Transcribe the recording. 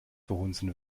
verhunzen